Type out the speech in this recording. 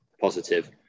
positive